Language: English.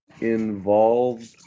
involved